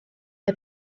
mae